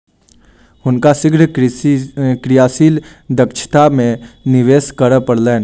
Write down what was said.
हुनका शीघ्र क्रियाशील दक्षता में निवेश करअ पड़लैन